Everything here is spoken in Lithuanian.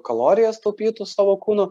kalorijas taupytų savo kūno